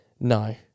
No